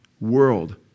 world